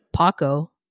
Paco